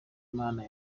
mana